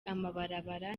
amabarabara